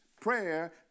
Prayer